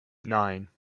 nine